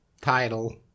title